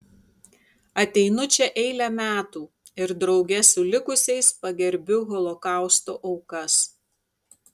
ateinu čia eilę metų ir drauge su likusiais pagerbiu holokausto aukas